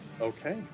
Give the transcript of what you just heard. Okay